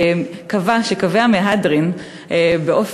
קבע מבקר המדינה שקווי המהדרין הוצאו וניתנו,